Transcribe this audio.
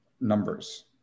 numbers